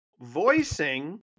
voicing